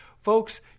folks